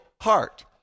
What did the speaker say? heart